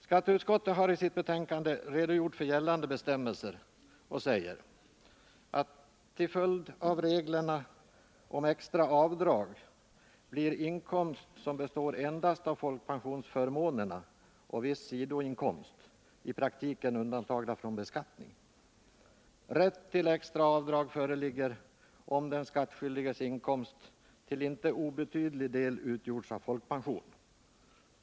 Skatteutskottet har i sitt betänkande redogjort för gällande bestämmelser, och man säger: ”Till följd av reglerna om extra avdrag blir inkomst som består endast av folkpensionsförmånerna och viss sidoinkomst i praktiken undantagna från beskattning. Rätt till extra avdrag föreligger om den skattskyldiges inkomst till inte obetydlig del utgjorts av folkpension.